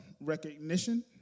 recognition